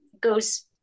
goes